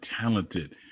talented